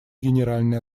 генеральной